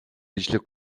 ажлыг